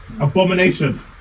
abomination